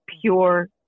pure